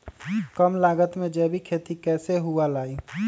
कम लागत में जैविक खेती कैसे हुआ लाई?